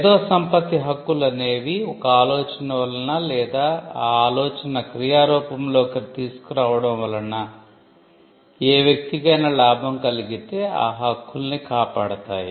మేధోసంపత్తి హక్కులు అనేవి ఒక ఆలోచన వలన లేదా ఆ ఆలోచన క్రియా రూపంలోకి తీసుకురావడం వలన ఏ వ్యక్తికైనా లాభం కలిగితే ఆ హక్కుల్ని కాపాడతాయి